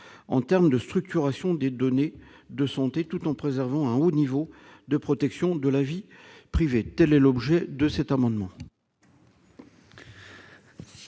en termes de structuration des données de santé, tout en préservant un haut niveau de protection de la vie privée. Quel est l'avis de la commission